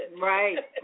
Right